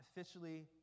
officially